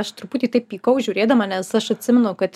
aš truputį taip pykau žiūrėdama nes aš atsimenu kad